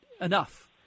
enough